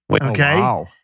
Okay